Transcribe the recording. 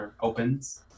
opens